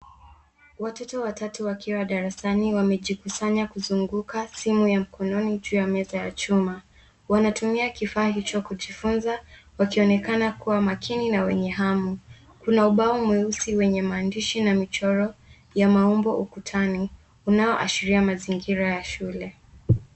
Watoto watatu wakiwa darasani wamejikusanya kuzunguka simu ya mkononi juu ya meza yachuma Wanatumia kifaa hicho kujifunza wakionekana kuwa makini na wenye hamu. Kuna au ao mweusi wenye maandishi na michoro ya maumbo ukutani unao ashiria mazingira ya shule.